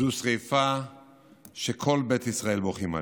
זו שרפה שכל בית ישראל בוכים עליה.